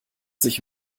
sich